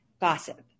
gossip